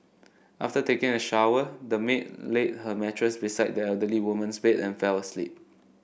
after taking a shower the maid laid her mattress beside the elderly woman's bed and fell asleep